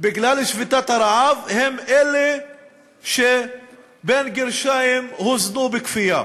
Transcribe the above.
בגלל שביתת הרעב הם אלה ש"הוזנו בכפייה".